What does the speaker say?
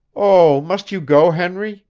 oh, must you go, henry?